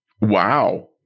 Wow